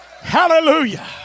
Hallelujah